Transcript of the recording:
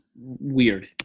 weird